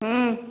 हूँ